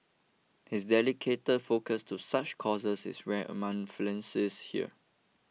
his dedicated focus to such causes is rare among philanthropists here